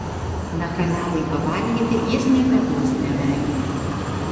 nachaliavai pavalgyti jis niekados nevengia